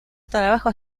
trabajo